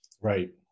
Right